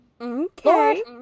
okay